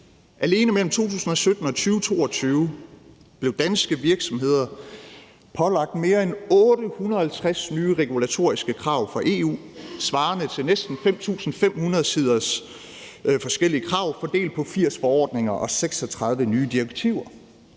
Alene mellem 2017 og 2022 blev danske virksomheder pålagt mere end 850 ny regulatoriske krav fra EU, svarende til næsten 5.500 sider med forskellige krav fordelt på 80 forordninger og 36 nye direktiver,